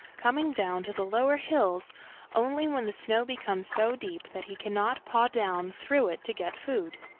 coming down to the lower hills only when the snow becomes so deep that he cannot paw down through it to get food.